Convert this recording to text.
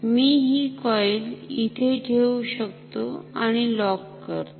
मी हि कॉईल इथे ठेवू शकतो आणि लॉक करतो